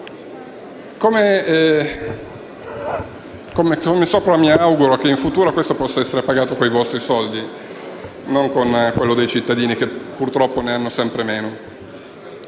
ho detto, mi auguro in futuro possa essere pagato con i vostri soldi, non con quelli dei cittadini, che purtroppo ne hanno sempre meno.